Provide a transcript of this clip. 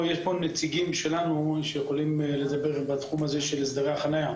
פה נציגים שלנו שיכולים לדבר בתחום הזה של הסדרי החניה.